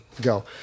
go